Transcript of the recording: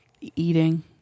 eating